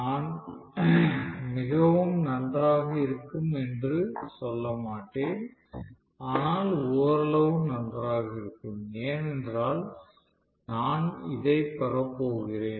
நான் மிகவும் நன்றாக இருக்கும் என்று சொல்ல மாட்டேன் ஆனால் ஓரளவு நன்றாக இருக்கும் ஏனென்றால் நான் இதைப் பெறப்போகிறேன்